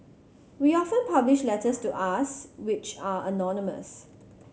we often publish letters to us which are anonymous